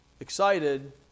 excited